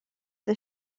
the